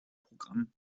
programm